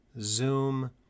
Zoom